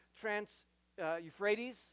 trans-Euphrates